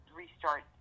restart